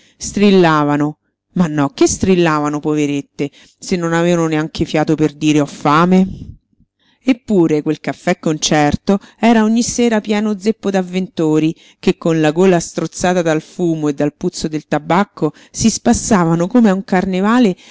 strillavano ma no che strillavano poverette se non avevano neanche fiato per dire ho fame eppure quel caffè-concerto era ogni sera pieno zeppo d'avventori che con la gola strozzata dal fumo e dal puzzo del tabacco si spassavano come a un carnevale